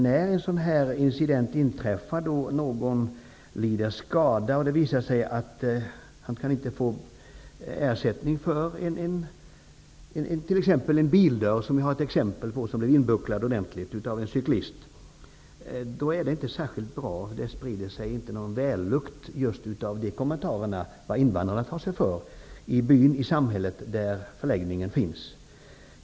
När en sådan här incident inträffar, då någon lider skada och det visar sig att han inte kan få ersättning, är det inte särskilt bra. Jag har ett exempel på en bildörr som blev ordentligt inbucklad av en cyklist. Det sprider sig just inte någon vällukt av kommentarerna om vad invandrarna tar sig för i samhället där förläggningen finns.